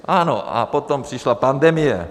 Ano, a potom přišla pandemie.